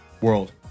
world